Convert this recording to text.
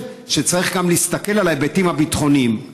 שצריך להסתכל גם על ההיבטים הביטחוניים.